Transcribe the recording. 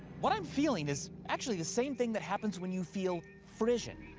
what i'm feeling is actually the same thing that happens when you feel frisson.